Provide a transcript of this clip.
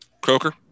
Croker